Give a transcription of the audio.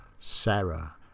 Sarah